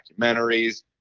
documentaries